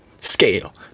scale